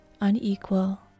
unequal